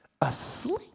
asleep